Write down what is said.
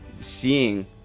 seeing